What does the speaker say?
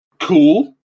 cool